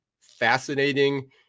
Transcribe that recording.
fascinating